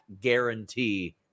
guarantee